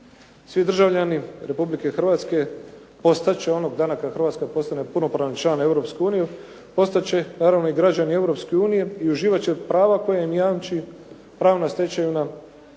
Svi državljani Republike Hrvatske postat će onog dana kad Hrvatska postane punopravan član Europske unije, postat će naravno i građani Europske unije i uživat će prava koja im jamči pravna stečevina Europske